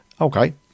Okay